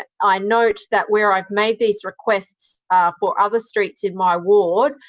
i note that where i've made these requests for other streets in my ward,